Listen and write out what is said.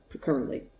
currently